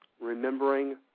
remembering